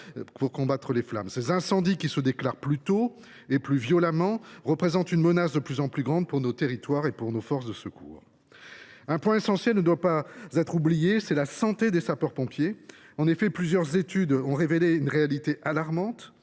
de toute l’Europe. Ces incendies, qui se déclarent plus tôt dans l’année et qui sont plus violents, représentent une menace de plus en plus grande pour nos territoires et pour nos forces de secours. Un point essentiel ne doit pas être oublié : la santé des sapeurs pompiers. En effet, plusieurs études ont révélé une réalité alarmante.